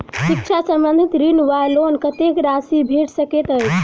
शिक्षा संबंधित ऋण वा लोन कत्तेक राशि भेट सकैत अछि?